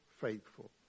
faithful